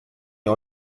der